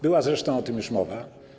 Była zresztą o tym już mowa.